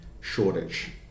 shortage